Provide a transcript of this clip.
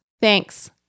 Thanks